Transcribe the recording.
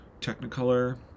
Technicolor